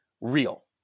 real